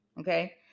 okay